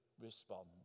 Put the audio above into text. respond